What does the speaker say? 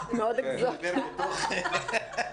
יש לא יותר מ-2.5 מיליון